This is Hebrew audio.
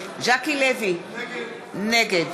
ז'קי לוי, נגד